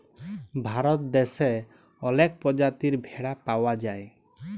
ভারত দ্যাশে অলেক পজাতির ভেড়া পাউয়া যায়